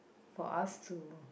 for us to